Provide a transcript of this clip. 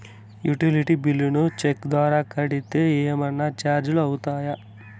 Utility bills ను cheque ద్వారా కట్టితే ఏమన్నా చార్జీలు అవుతాయా?